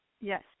Yes